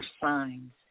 signs